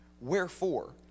wherefore